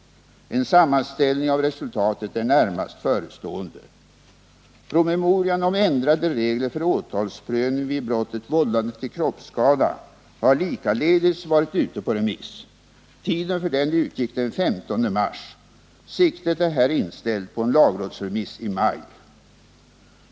En sammanställning av resultatet är närmast förestående. Promemorian om ändrade regler för åtalsprövning vid brottet vållande till kroppsskada har likaledes varit ute på remiss. Tiden för den utgick den 15 mars. Siktet är här inställt på en lagrådsremiss i maj.